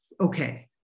okay